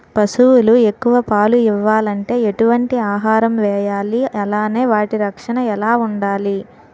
పశువులు ఎక్కువ పాలు ఇవ్వాలంటే ఎటు వంటి ఆహారం వేయాలి అలానే వాటి రక్షణ ఎలా వుండాలి?